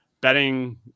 betting